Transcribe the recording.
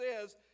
says